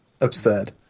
Absurd